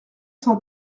cent